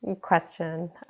question